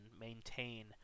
maintain